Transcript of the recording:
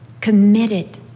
committed